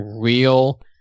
real